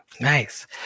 Nice